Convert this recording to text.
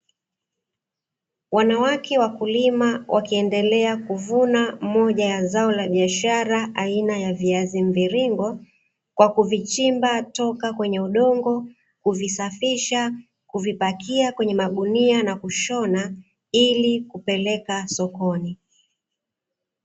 Wanawake wakulima, wakiendelea kuvuna moja ya zao la biashara aina ya viazi mviringo, kwa kuvichimba toka kwenye udongo, kuvisafisha, kuvipakia kwenye magunia na kushona ili kupeleka sokoni.